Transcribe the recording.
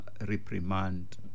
reprimand